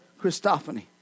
Christophany